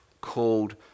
called